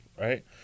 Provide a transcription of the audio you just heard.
right